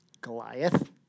Goliath